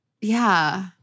yeah-